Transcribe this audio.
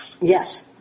Yes